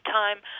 time